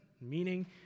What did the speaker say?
meaning